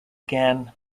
again